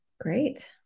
great